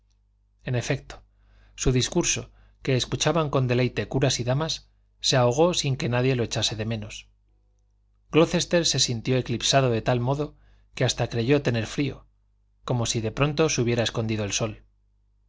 en efecto su discurso que escuchaban con deleite curas y damas se ahogó sin que nadie lo echase de menos glocester se sintió eclipsado de tal modo que hasta creyó tener frío como si de pronto se hubiera escondido el sol